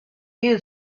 use